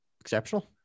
Exceptional